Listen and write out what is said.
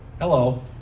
Hello